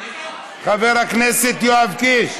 חבר הכנסת יואב קיש,